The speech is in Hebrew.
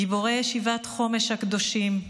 גיבורי ישיבת חומש הקדושים,